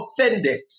offended